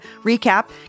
recap